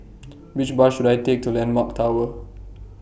Which Bus should I Take to Landmark Tower